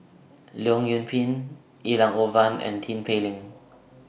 Leong Yoon Pin Elangovan and Tin Pei Ling